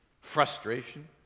Frustration